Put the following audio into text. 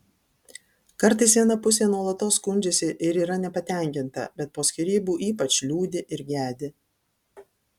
kartais viena pusė nuolatos skundžiasi ir yra nepatenkinta bet po skyrybų ypač liūdi ir gedi